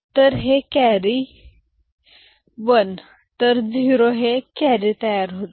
तर हे कॅरी आणि हे 1 तर 0 आणि एक कॅरी येथे तयार होते